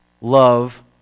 love